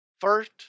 first